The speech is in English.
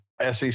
SEC